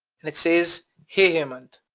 and it says hey hemant.